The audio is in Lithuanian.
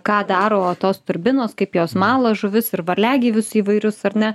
ką daro va tos turbinos kaip jos mala žuvis ir varliagyvius įvairius ar ne